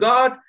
God